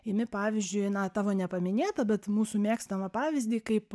imi pavyzdžiui na tavo nepaminėtą bet mūsų mėgstamą pavyzdį kaip